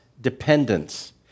Dependence